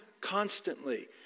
constantly